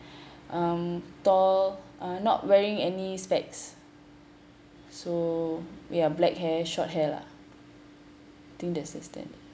um tall uh not wearing any specs so ya black hair short hair lah think that's the standard